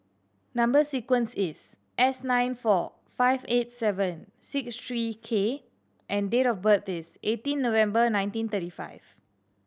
number sequence is S nine four five eight seven six three K and date of birth is eighteen November nineteen thirty five